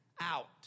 Out